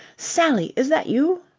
sally! is that you?